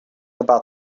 about